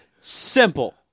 Simple